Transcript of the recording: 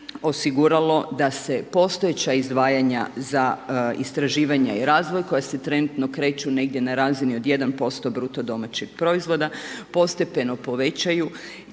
osiguralo da se postojeća izdvajanja za istraživanje i razvoj koja se trenutno kreću negdje na razini od 1% BDP-a, postepeno povećaju